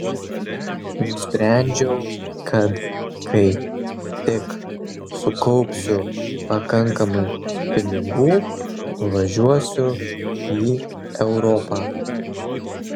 nusprendžiau kad kai tik sukaupsiu pakankamai pinigų važiuosiu į europą